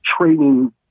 training